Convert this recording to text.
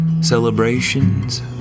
celebrations